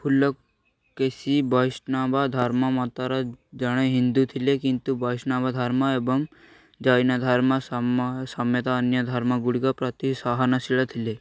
ଫୁଲକେଶୀ ବୈଷ୍ଣବ ଧର୍ମମତର ଜଣେ ହିନ୍ଦୁ ଥିଲେ କିନ୍ତୁ ବୈଷ୍ଣବ ଧର୍ମ ଏବଂ ଜୈନ ଧର୍ମ ସମେତ ଅନ୍ୟ ଧର୍ମଗୁଡ଼ିକ ପ୍ରତି ସହନଶୀଳ ଥିଲେ